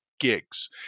gigs